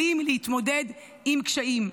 כלים להתמודד עם קשיים.